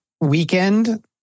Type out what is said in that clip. weekend